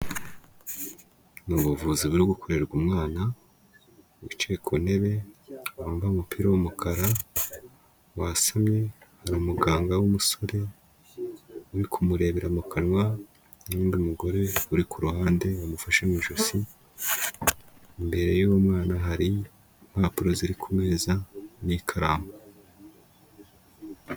Ni buvuzi buri gukorerwa umwana, wicaye ku ntebe, wambaye umupira w'umukara, wasamye, hari umuganga w'umusore uri kumurebera mu kanwa, n'undi mugore uri ku ruhande wamufashe mu ijosi, imbere y'uwo mwana hari impapuro ziri ku meza n'ikaramu.